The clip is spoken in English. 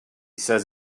says